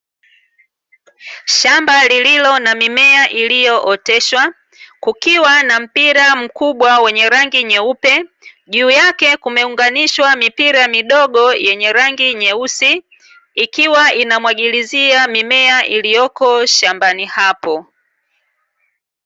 Shamba lililo na mimea iliyooteshwa, kukiwa na mpira mkubwa wenye rangi nyeupe. Juu yake kumeunganishwa mipira midogo yenye rangi nyeusi, ikiwa inamwagilizia mimea iliyoko shambani hapo.